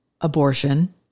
abortion